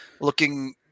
Looking